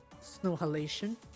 snow-halation